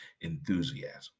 enthusiasm